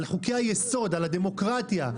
על חוקי-היסוד של הדמוקרטיה.